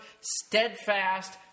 steadfast